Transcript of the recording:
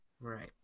Right